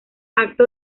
acto